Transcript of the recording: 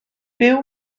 byw